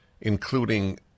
including